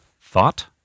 thought